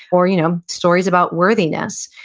or you know stories about worthiness.